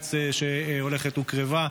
הקיץ שהולכת וקרבה,